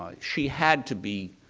she had to be